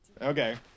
Okay